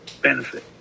benefit